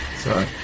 Sorry